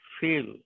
feel